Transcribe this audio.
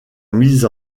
mise